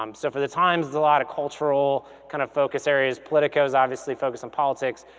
um so for the times, it's a lot of cultural kind of focus areas. politico's obviously focused on politics,